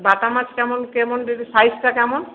বাটা মাছ কেমন কেমন সাইজটা কেমন